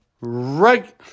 right